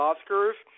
Oscars